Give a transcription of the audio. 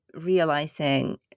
realizing